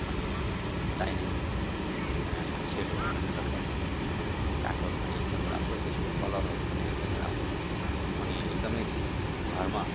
अनि डाइनिङ सेटहरू पनि रहेछ काठहरू पनि एकदम राम्रो त्यसको कलरहरू पनि एकदमै राम्रो अनि एकदमै घरमा